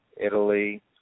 Italy